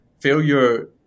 failure